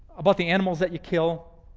about the animals that you kill,